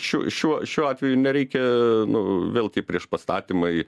šiuo šiuo šiuo atveju nereikia nu vėl tie prieš pastatymai